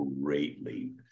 greatly